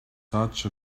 such